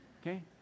Okay